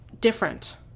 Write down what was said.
different